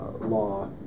law